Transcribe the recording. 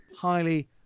highly